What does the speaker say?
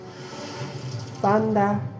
Thunder